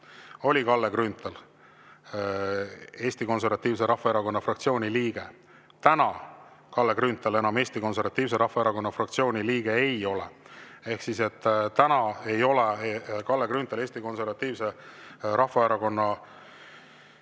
oli Kalle Grünthal Eesti Konservatiivse Rahvaerakonna fraktsiooni liige. Täna Kalle Grünthal enam Eesti Konservatiivse Rahvaerakonna fraktsiooni liige ei ole. Ehk siis täna ei ole Kalle Grünthalil õigust Eesti Konservatiivse Rahvaerakonna